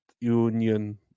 union